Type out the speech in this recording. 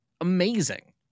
amazing